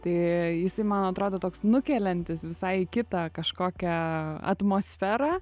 tai jisai man atrodo toks nukeliantis visai kitą kažkokią atmosferą